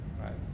right